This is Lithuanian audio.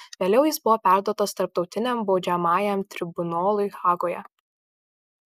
vėliau jis buvo perduotas tarptautiniam baudžiamajam tribunolui hagoje